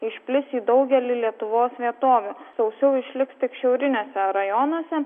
išplis į daugelį lietuvos vietovių sausiau išliks tik šiauriniuose rajonuose